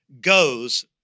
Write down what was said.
goes